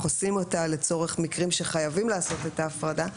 עושים אותה לצורך מקרים שחייבים לעשות את ההפרדה.